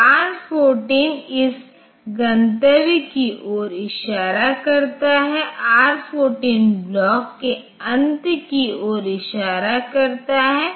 लेकिन यह एक बहुत ही प्रारंभिक प्रकार की रूटीन है आप देख सकते हैं कि यह किसी भी ओवरलैपिंग के लिए जाँच नहीं करता है यह किसी भी डेटा बाइट्स की जांच नहीं करता है कि जो आप डेटा ब्लॉक से स्थानांतरित कर रहे हैं हो सकता है की यह 48 का पूर्णांक एकाधिक नहीं हो